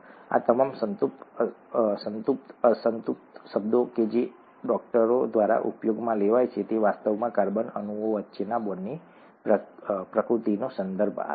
આ તમામ સંતૃપ્ત અસંતૃપ્ત શબ્દો કે જે ડોકટરો દ્વારા ઉપયોગમાં લેવાય છે તે વાસ્તવમાં કાર્બન અણુઓ વચ્ચેના બોન્ડની પ્રકૃતિનો સંદર્ભ આપે છે